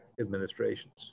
administrations